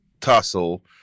tussle